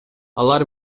алар